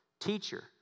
Teacher